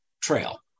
trail